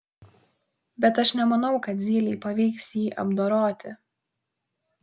bet aš nemanau kad zylei pavyks jį apdoroti